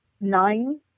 nine